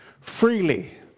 freely